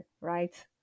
right